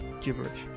gibberish